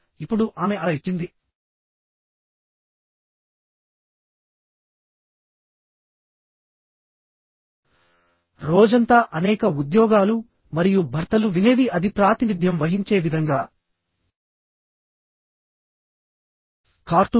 ఇప్పుడు ఆమె అలా ఇచ్చింది రోజంతా అనేక ఉద్యోగాలు మరియు భర్తలు వినేవి అది ప్రాతినిధ్యం వహించే విధంగా కార్టూన్